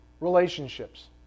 relationships